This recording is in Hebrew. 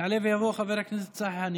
יעלה ויבוא חבר הכנסת צחי הנגבי.